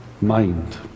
mind